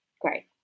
great